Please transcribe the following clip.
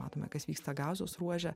matome kas vyksta gazos ruože